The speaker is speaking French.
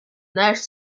nage